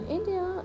India